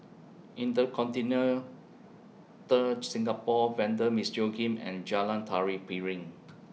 InterContinental Ter Singapore Vanda Miss Joaquim and Jalan Tari Piring